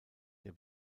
der